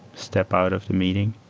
step out of the meeting.